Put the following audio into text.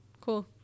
cool